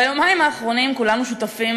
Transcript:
ביומיים האחרונים כולנו שותפים